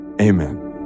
amen